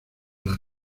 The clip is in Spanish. las